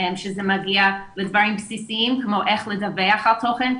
כשזה מגיע לדברים בסיסיים כמו איך לדווח על תוכן,